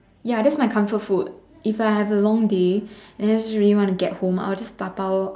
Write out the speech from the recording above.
ya that's my comfort food if I have a long day and I just really want to get home I'll just dabao